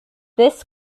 this